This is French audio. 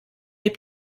des